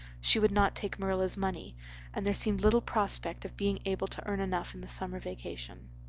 she would not take marilla's money and there seemed little prospect of being able to earn enough in the summer vacation.